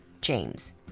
James